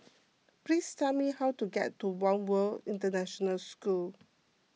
please tell me how to get to one World International School